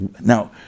Now